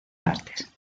partes